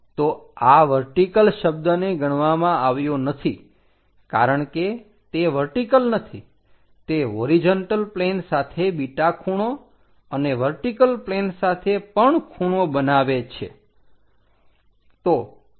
તો આ વર્ટીકલ શબ્દને ગણવામાં આવ્યો નથી કારણ કે તે વર્ટીકલ નથી તે હોરીજન્ટલ પ્લેન સાથે બીટા ખૂણો અને વર્ટીકલ પ્લેન સાથે પણ ખૂણો બનાવે છે